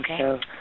Okay